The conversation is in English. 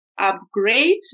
Upgrade